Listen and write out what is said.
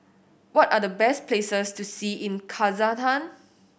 what are the best places to see in Kazakhstan